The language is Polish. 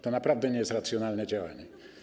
To naprawdę nie jest racjonalne działanie.